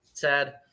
sad